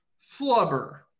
Flubber